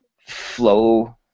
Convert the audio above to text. flow